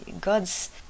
God's